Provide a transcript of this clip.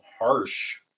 Harsh